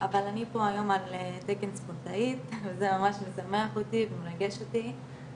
אבל אני פה על תקן ספורטאית וזה ממש משמח אותי ומרגש אותי,